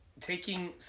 taking